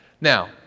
Now